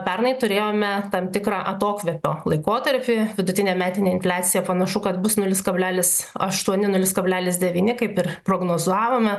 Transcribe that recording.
pernai turėjome tam tikrą atokvėpio laikotarpį vidutinė metinė infliacija panašu kad bus nulis kablelis aštuoni nulis kablelis devyni kaip ir prognozavome